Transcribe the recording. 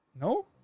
No